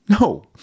No